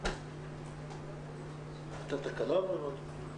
היתה בעיה נקודתית